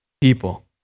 people